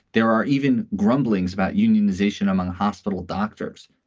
there are even grumblings about unionization among hospital doctors,